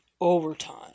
Overtime